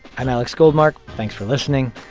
i'm alex goldmark. thanks for listening,